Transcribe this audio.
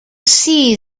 see